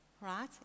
right